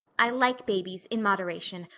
i like babies in moderation,